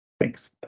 Thanks